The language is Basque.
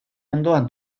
ondoan